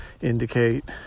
indicate